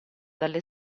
dalle